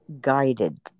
guided